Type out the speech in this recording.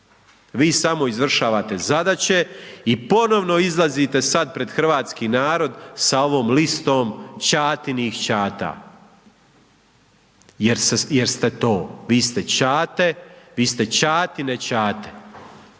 Vi samo izvršavate zadaće i ponovno izlazite sad pred hrvatski narod sa ovom listom čatinih čata. Jer ste to, vi ste čate, vi ste čatine čate.